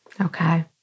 Okay